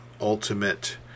ultimate